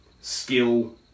skill